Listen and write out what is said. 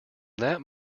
that